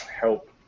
help